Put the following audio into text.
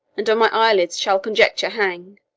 and on my eyelids shall conjecture hang,